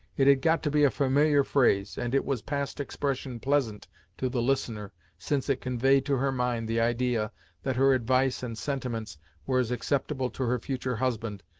it had got to be a familiar phrase, and it was past expression pleasant to the listener, since it conveyed to her mind the idea that her advice and sentiments were as acceptable to her future husband,